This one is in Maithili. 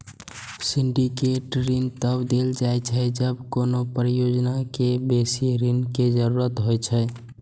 सिंडिकेट ऋण तब देल जाइ छै, जब कोनो परियोजना कें बेसी ऋण के जरूरत होइ छै